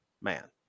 man